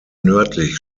nördlich